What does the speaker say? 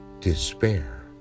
despair